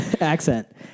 Accent